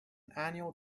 annual